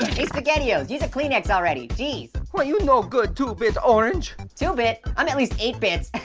hey spaghettios, use a kleenex already, geez. why you no-good two bit orange. two-bit? i'm at least eight bits.